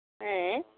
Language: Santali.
ᱦᱮᱸᱻ